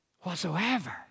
whatsoever